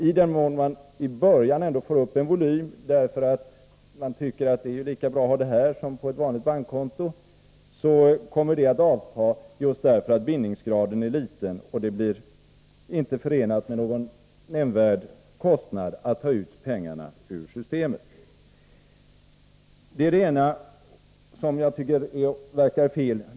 I den mån man i början ändå får upp en volym därför att folk tycker att det är lika bra att ha pengarna här som på ett vanligt bankkonto, kommer den att avta just därför att bindningsgraden är liten och det inte är förenat med någon nämnvärd kostnad att ta ut pengarna ur systemet. Det är det ena som jag tycker verkar fel.